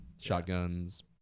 shotguns